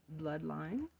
bloodline